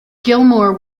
gilmour